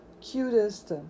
cutest